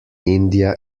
india